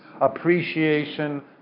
appreciation